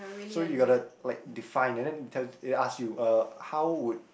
so you gotta like define and then tells ask you uh how would